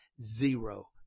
Zero